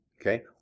Okay